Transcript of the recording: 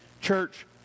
church